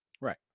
Right